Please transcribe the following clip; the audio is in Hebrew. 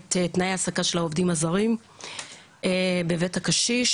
את תנאי ההעסקה של העובדים הזרים בבית הקשיש,